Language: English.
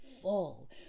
full